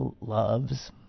loves